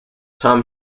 tom